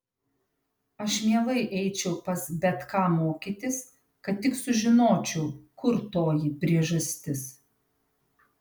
aš mielai eičiau pas bet ką mokytis kad tik sužinočiau kur toji priežastis